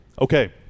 Okay